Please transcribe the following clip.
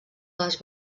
les